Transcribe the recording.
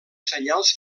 senyals